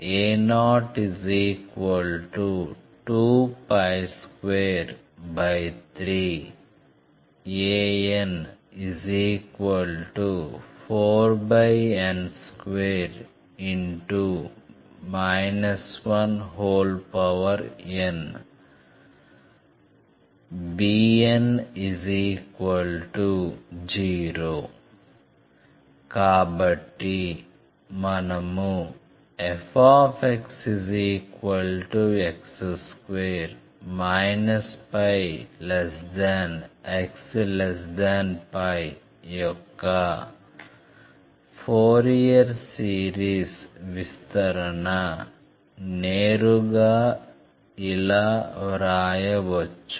a0223 an4n2 1n bn0 కాబట్టి మనము fxx2 π x π యొక్క ఫోరియర్ సిరీస్ విస్తరణ నేరుగా ఇలా వ్రాయవచ్చు